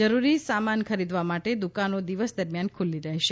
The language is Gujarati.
જરૂરી સામાન ખરીદવા માટે દુકાનો દિવસ દરમિયાન ખુલ્લી રહેશે